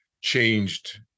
changed